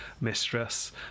mistress